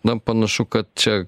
na panašu kad čia